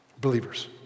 Believers